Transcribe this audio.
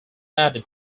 added